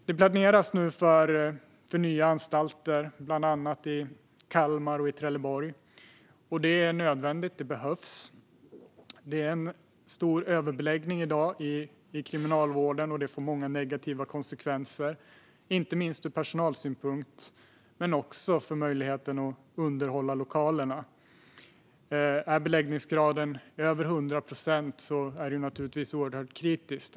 Det planeras nu för nya anstalter, bland annat i Kalmar och i Trelleborg. Det är nödvändigt. Det behövs. Det är i dag en stor överbeläggning i Kriminalvården. Det får många negativa konsekvenser, inte minst ur personalsynpunkt. Men det handlar också om möjligheten att underhålla lokalerna. Är beläggningsgraden över 100 procent är det naturligtvis oerhört kritiskt.